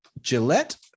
Gillette